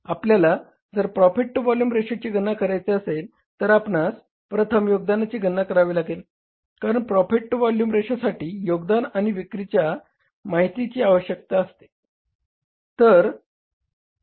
आपल्याला जर profit to volume रेशोची गणना करायची असेल तर आपणास प्रथम योगदानाची गणना करावी लागेल कारण प्रॉफिट टू व्हॉल्यूम रेशोसाठी योगदान आणि विक्रीच्या माहितीची आवश्यक असते